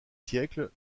siècles